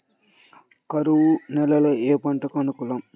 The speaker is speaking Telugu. కరువు నేలలో ఏ పంటకు అనుకూలం?